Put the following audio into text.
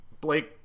Blake